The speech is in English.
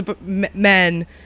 men